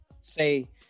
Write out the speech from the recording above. say